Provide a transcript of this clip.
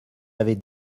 avez